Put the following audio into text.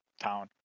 town